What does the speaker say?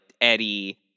Eddie